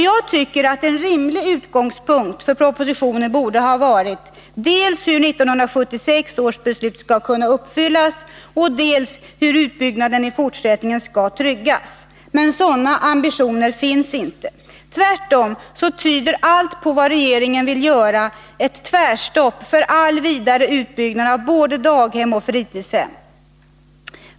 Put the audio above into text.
Jag tycker att en rimlig utgångspunkt för propositionen borde ha varit dels hur 1976 års beslut skall kunna uppfyllas, dels hur utbyggnaden i fortsättningen skall tryggas. Men några sådana ambitioner finns inte. Tvärtom tyder allt på att vad regeringen vill göra är att sätta ett tvärstopp för all vidare utbyggnad av både daghem och fritidshem.